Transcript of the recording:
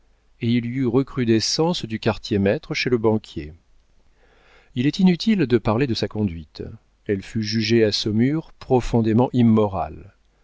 et il y eut recrudescence du quartier maître chez le banquier il est inutile de parler de sa conduite elle fut jugée à saumur profondément immorale